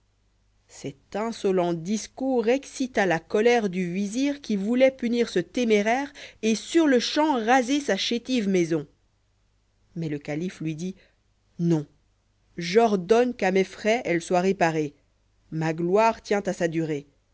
cet insolent discours excita la colère du visir qui vouloit punir ce téméraire et sur-le-champ raser sa chétive maison mais le calife lui dit non j'ordonne qu'à mes frais elle soit réparée ma gloire tient à sa durée